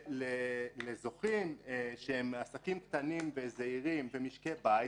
לזוכים שהם עסקים קטנים וזעירים ומשקי בית,